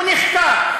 הוא נחקר.